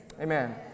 Amen